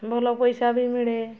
ଭଲ ପଇସା ବି ମିଳେ